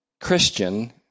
Christian